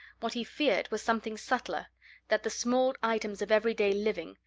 what he feared was something subtler that the small items of everyday living,